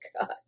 god